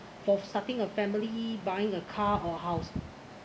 for starting a family buying a car or house